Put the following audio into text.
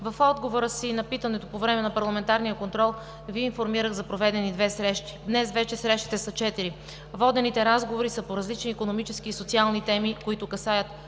В отговора си на питането по време на парламентарния контрол Ви информирах за проведени две срещи. Днес вече срещите са четири. Водените разговори са по различни икономически и социални теми, които касаят